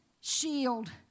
shield